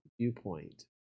viewpoint